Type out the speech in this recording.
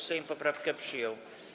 Sejm poprawkę przyjął.